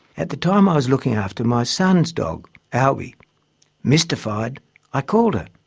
at the time i was looking after my son's dog alby. mystified i called her.